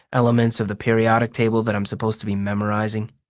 elements of the periodic table that i'm supposed to be memorizing.